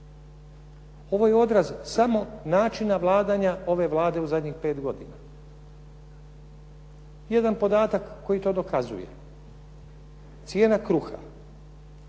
Ovo je odraz samo načina vladanja ove Vlade u zadnjih 5 godina. Jedan podatak koji to dokazuje. Cijena kruha